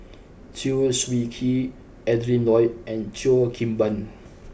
Chew Swee Kee Adrin Loi and Cheo Kim Ban